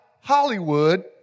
Hollywood